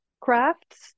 crafts